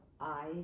eyes